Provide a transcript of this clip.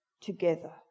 together